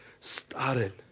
started